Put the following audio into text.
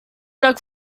dank